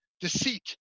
Deceit